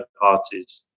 parties